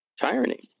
tyranny